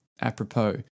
apropos